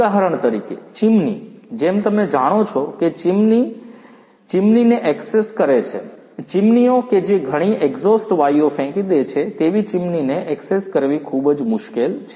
ઉદાહરણ તરીકે ચીમની જેમ તમે જાણો છો કે ચીમની ચીમની ને એક્સેસ કરે છે ચીમનીઓ કે જે ઘણી એક્ઝોસ્ટ વાયુઓ ફેંકી દે છે તેવી ચીમનીને એક્સેસ કરવી ખૂબ જ મુશ્કેલ છે